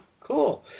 Cool